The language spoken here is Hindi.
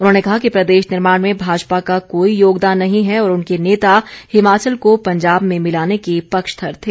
उन्होंने कहा कि प्रदेश निर्माण में भाजपा का कोई योगदान नहीं है और उनके नेता हिमाचल को पंजाब में मिलाने के पक्षधर थे